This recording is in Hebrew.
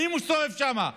אני מסתובב שם.